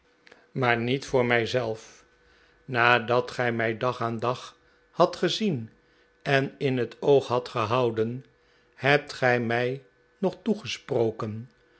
maar niet voor mij zelf nadat gij mij dag aan dag hadt gezien en in het oog hadt gehouden hebt gij mij nog toegesproken